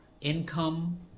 income